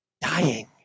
dying